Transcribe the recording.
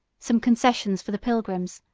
some concessions for the pilgrims,